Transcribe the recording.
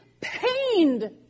pained